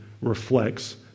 reflects